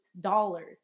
dollars